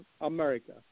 America